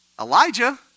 Elijah